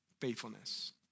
Faithfulness